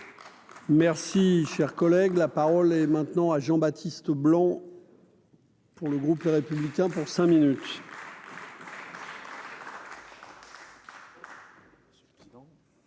Merci, cher collègue, la parole est maintenant à Jean-Baptiste Blom. Pour le groupe Les Républicains pour cinq minutes.